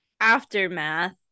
Aftermath